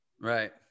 right